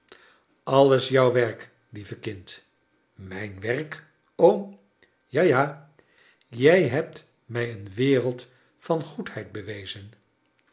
alles jouw werk lieve kind mijn werk oom ja ja jij hebt mij een wereld von goedheid bewezen